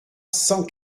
cent